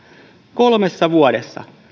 kolmessa vuodessa